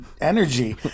energy